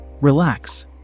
Relax